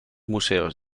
museos